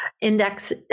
index